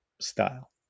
style